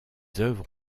œuvres